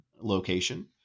location